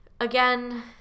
again